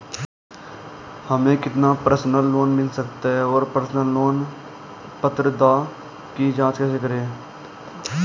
हमें कितना personal loan मिल सकता है और पर्सनल लोन पात्रता की जांच कैसे करें?